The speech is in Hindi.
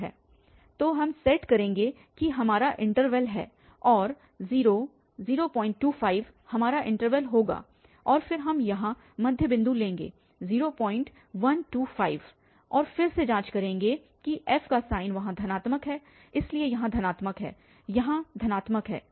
तो हम सेट करेंगे की यह हमारा इन्टरवल है और 0 025 हमारा इन्टरवल होगा और फिर हम यहाँ मध्य बिंदु लेंगे 0125 और फिर से जांच करेंगे कि f का साइन वहाँ धनात्मक है इसलिए यहाँ धनात्मक है यहाँ धनात्मक है